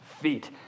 feet